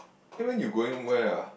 then when you going where ah